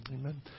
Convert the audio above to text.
Amen